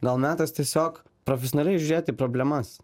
gal metas tiesiog profesionaliai žiūrėt į problemas